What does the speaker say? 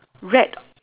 red